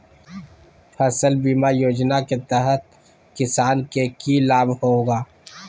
फसल बीमा योजना के तहत किसान के की लाभ होगा?